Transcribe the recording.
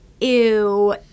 ew